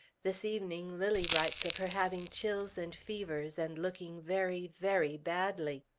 this evening lilly writes of her having chills and fevers, and looking very, very badly.